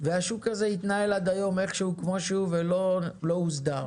והשוק הזה התנהל עד היום איכשהו כמו שהוא ולא הוסדר,